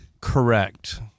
Correct